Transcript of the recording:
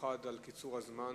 ובמיוחד על קיצור הזמן.